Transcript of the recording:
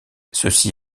ceci